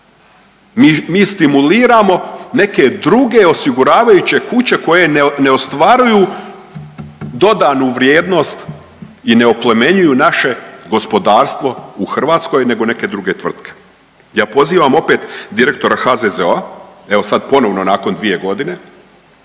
Mi stimuliramo neke druge osiguravajuće kuće koje ne ostvaruju dodanu vrijednost i ne oplemenjuju naše gospodarstvo u Hrvatskoj nego neke druge tvrtke. Ja pozivam opet direktora HZZO-a, evo sad ponovno nakon 2 godine,